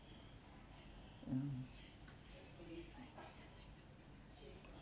mm